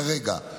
כרגע,